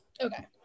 Okay